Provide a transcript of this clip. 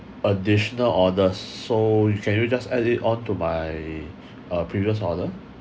additional orders so you can you just add it on to my uh previous order